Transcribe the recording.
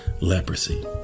leprosy